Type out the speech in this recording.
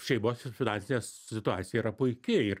šeimos finansinė situacija yra puiki ir